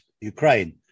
Ukraine